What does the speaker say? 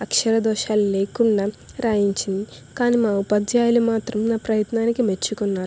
అక్షర దోషాలు లేకుండా రాయించింది కానీ మా ఉపాధ్యాయులు మాత్రం నా ప్రయత్నానికి మెచ్చుకున్నారు